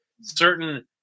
certain